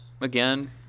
again